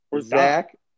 Zach